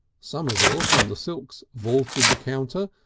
somerville from the silks vaulted the counter,